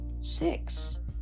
six